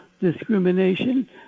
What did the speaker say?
Discrimination